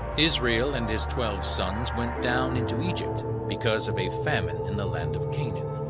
israel and his twelve sons went down into egypt because of a famine in the land of canaan,